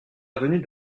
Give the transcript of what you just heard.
avenue